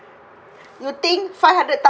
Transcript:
you think five hundred